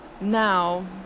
now